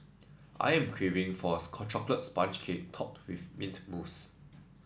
I am craving for a chocolate sponge cake topped with mint mousse